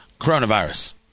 coronavirus